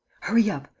hurry up!